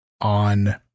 on